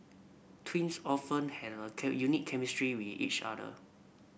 twins often had a unique chemistry with each other